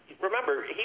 remember